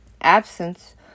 absence